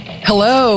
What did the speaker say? Hello